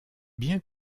bien